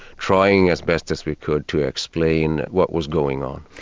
trying as best as we could to explain what was going on.